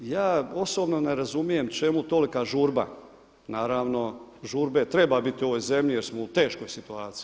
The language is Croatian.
Ja osobno ne razumijem čemu tolika žurba, naravno žurbe treba biti u ovoj zemlji jer smo u teškoj situaciji.